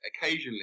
occasionally